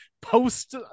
post